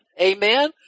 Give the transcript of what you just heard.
Amen